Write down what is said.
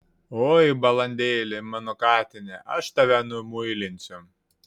oi balandėli mano katine aš tave numuilinsiu